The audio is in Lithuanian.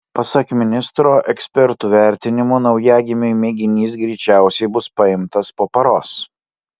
pasak ministro ekspertų vertinimu naujagimiui mėginys greičiausiai bus paimtas po paros